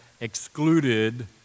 excluded